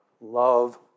love